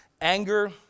anger